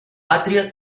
pàtria